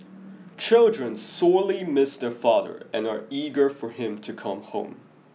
children sorely miss their father and are eager for him to come home